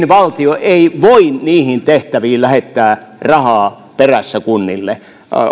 valtio ei voi niihin tehtäviin lähettää rahaa perässä kunnille